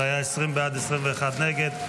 זה היה 20 בעד, 21 נגד.